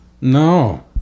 No